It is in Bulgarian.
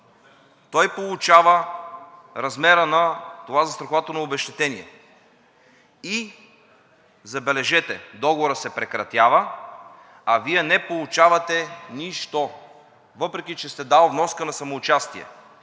Той получава размера на това застрахователно обезщетение. Забележете, договорът се прекратява, а Вие не получавате нищо, въпреки че сте дал вноска на самоучастие.